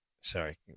Sorry